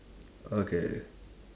okay